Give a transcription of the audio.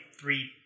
three